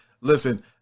Listen